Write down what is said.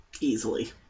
easily